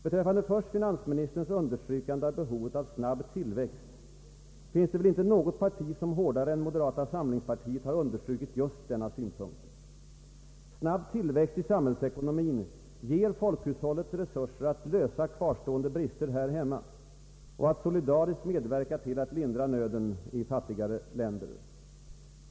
Beträffande först finansministerns understrykande av behovet av snabb tillväxt finns det väl inte något parti som hårdare än moderata samlingspartiet har understrukit just denna synpunkt. Snabb tillväxttakt i samhällsekonomin ger folkhushållet resurser att lösa kvarstående brister här hemma och att solidariskt medverka till att lindra nöden i fattigare länder.